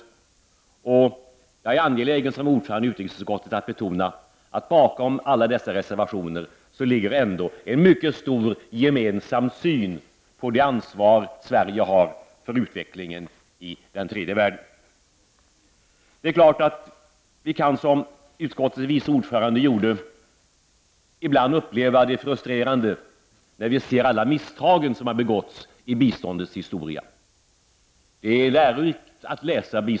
Som ordförande i utrikesutskottet är jag angelägen om att betona att det bakom alla dessa reservationer ändå ligger en i stort gemensam syn på det ansvar som Sverige har för utvecklingen i den tredje världen. Det är klart att vi som utskottets vice ordförande gjorde ibland upplever det som frustrerande när vi ser alla misstag som har begåtts i biståndets historia.